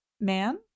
man